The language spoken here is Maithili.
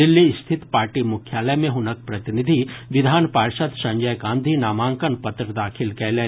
दिल्ली स्थित पार्टी मुख्यालय मे हुनक प्रतिनिधि विधान पार्षद् संजय गांधी नामांकन पत्र दाखिल कयलनि